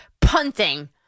punting